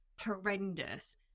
horrendous